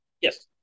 yes